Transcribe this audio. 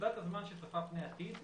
בנקודת הזמן שצופה פני עתיד,